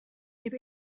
heb